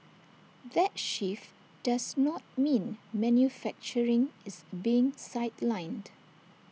that shift does not mean manufacturing is being sidelined